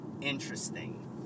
interesting